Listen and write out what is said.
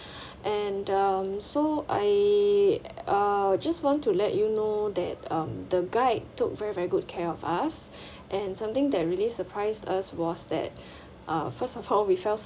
and um so I uh I just want to let you know that um the guide took very very good care of us and something that really surprised us was that uh first of all we felt